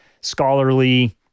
scholarly